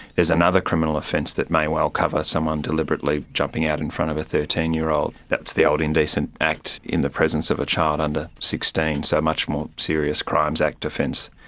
there's another criminal offence that may well cover someone deliberately jumping out in front of a thirteen year old, that's the old indecent act in the presence of a child under sixteen, so a much more serious crimes act offence.